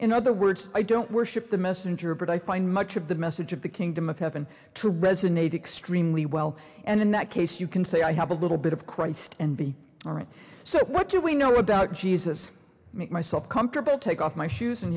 in other words i don't worship the messenger but i find much of the message of the kingdom of heaven to resonate extremely well and in that case you can say i have a little bit of christ and be all right so what do we know about jesus make myself comfortable take off my shoes and